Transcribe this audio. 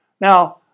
Now